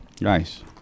Nice